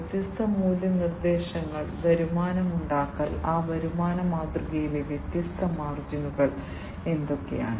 വ്യത്യസ്ത മൂല്യ നിർദ്ദേശങ്ങൾ വരുമാനം ഉണ്ടാക്കൽ ആ വരുമാന മാതൃകയിലെ വ്യത്യസ്ത മാർജിനുകൾ എന്തൊക്കെയാണ്